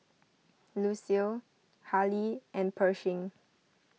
Lucille Hali and Pershing